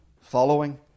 following